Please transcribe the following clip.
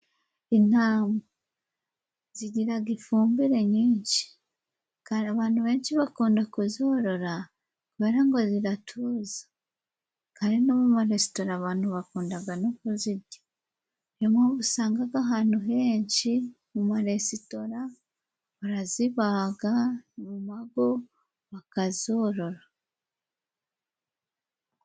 Intama zigiraga ifumbire nyinshi, kari abantu benshi bakunda kuzorora bara ngo ziratuza. Ari no mu maresitora abantu bakundaga no kuzijya ni yo mpamvu usangaga ahantu henshi mu maresitora barazibaga mu mago bakazorora.